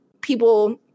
people